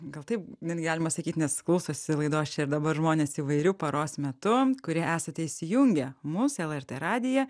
gal taip net galima sakyt nes klausosi laidos čia ir dabar žmonės įvairiu paros metu kurie esate įsijungę mus lrt radiją